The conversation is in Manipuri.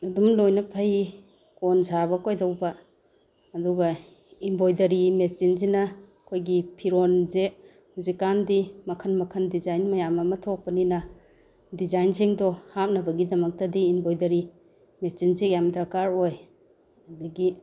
ꯑꯗꯨꯝ ꯂꯣꯏꯅ ꯐꯩ ꯀꯣꯟ ꯁꯥꯕ ꯀꯩꯗꯧꯕ ꯑꯗꯨꯒ ꯏꯝꯕꯣꯏꯗꯔꯤ ꯃꯦꯆꯤꯟꯁꯤꯅ ꯑꯩꯈꯣꯏꯒꯤ ꯐꯤꯔꯣꯟꯁꯦ ꯍꯧꯖꯤꯛ ꯀꯥꯟꯗꯤ ꯃꯈꯜ ꯃꯈꯜ ꯗꯤꯖꯥꯏꯟ ꯃꯌꯥꯝ ꯑꯃ ꯊꯣꯛꯄꯅꯤꯅ ꯗꯤꯖꯥꯏꯟꯁꯤꯡꯗꯣ ꯍꯥꯞꯅꯕꯒꯤꯗꯃꯛꯇꯗꯤ ꯏꯝꯕꯣꯏꯗꯔꯤ ꯃꯦꯆꯤꯟꯁꯤ ꯌꯥꯝ ꯗꯔꯀꯥꯔ ꯑꯣꯏ ꯑꯗꯒꯤ